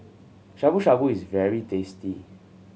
Shabu Shabu is very tasty